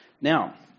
Now